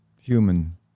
human